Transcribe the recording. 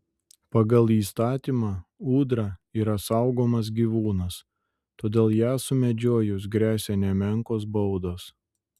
pagal įstatymą ūdra yra saugomas gyvūnas todėl ją sumedžiojus gresia nemenkos baudos